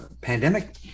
pandemic